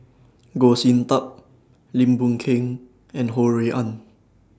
Goh Sin Tub Lim Boon Keng and Ho Rui An